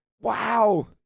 wow